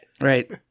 Right